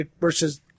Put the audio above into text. versus